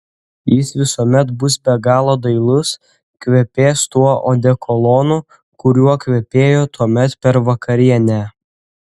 jis visuomet bus be galo dailus kvepės tuo odekolonu kuriuo kvepėjo tuomet per vakarienę